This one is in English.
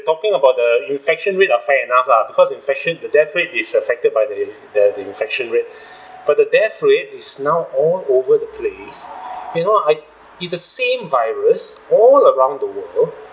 talking about the infection rate are fair enough lah because infection the death rate is affected by the the the infection rate but the death rate is now all over the place you know I it's the same virus all around the world